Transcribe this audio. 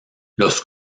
los